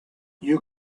you